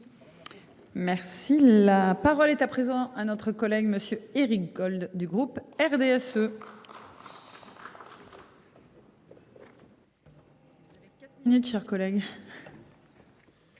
Merci la parole est à présent un autre collègue monsieur Éric. Du groupe RDSE.